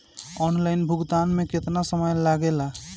Online भुगतान में केतना समय लागेला?